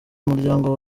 umuryango